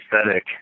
aesthetic